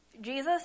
Jesus